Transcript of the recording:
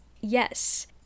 Yes